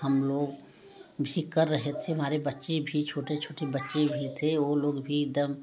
हम लोग भी कर रहे थे हमारे बच्चे भी छोटे छोटे बच्चे भी थे वह लोग भी एकदम